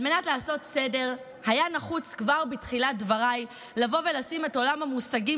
על מנת לעשות סדר היה נחוץ כבר בתחילת דבריי לבוא ולשים את עולם המושגים